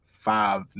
five